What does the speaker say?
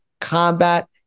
combat